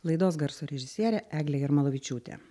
laidos garso režisierė eglė jarmolavičiūtė